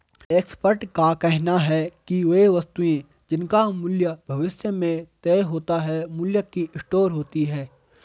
expert का कहना है कि वे वस्तुएं जिनका मूल्य भविष्य में तय होता है मूल्य की स्टोर होती हैं